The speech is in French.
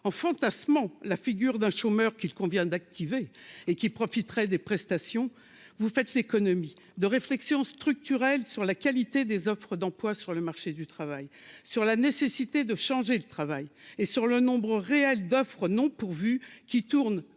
en fantasmant la figure d'un chômeur qu'il qu'on vient d'activer et qui profiteraient des prestations, vous faites l'économie de réflexion structurelle sur la qualité des offres d'emploi sur le marché du travail sur la nécessité de changer de travail et sur le nombre réel d'offres non pourvues qui tourne